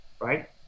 right